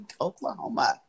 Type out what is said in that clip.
Oklahoma